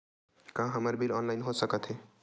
का हमर bill online हो सकत हे?